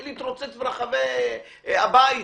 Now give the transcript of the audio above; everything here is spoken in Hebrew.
התחיל להתרוצץ ברחבי הבית.